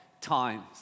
times